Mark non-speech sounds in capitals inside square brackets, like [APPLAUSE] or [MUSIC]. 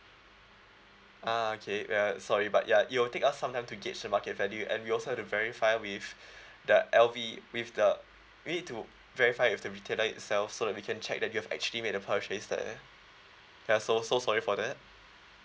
ah okay we are sorry but ya it will take us sometime to gauge the market value and we also have to verify with [BREATH] the L_V with the we need to verify with the retailer itself so that we can check that you've actually made a purchase there ya so so sorry for that